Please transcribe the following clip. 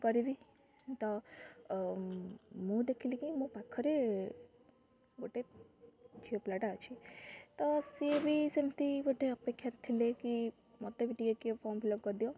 କରିବି ତ ମୁଁ ଦେଖିଲି କି ମୋ ପାଖରେ ଗୋଟେ ଝିଅ ପିଲାଟା ଅଛି ତ ସିଏ ବି ସେମିତି ବୋଧେ ଅପେକ୍ଷାରେ ଥିଲେ କି ମୋତେ ବି ଟିକେ କିଏ ଫର୍ମ ଫିଲ୍ଅପ୍ କରିଦିଅ